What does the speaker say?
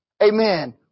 Amen